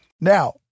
Now